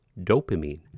dopamine